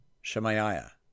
Shemaiah